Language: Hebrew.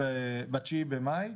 ב-9 במאי.